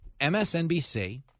MSNBC